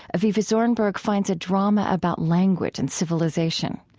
avivah zornberg finds a drama about language and civilization.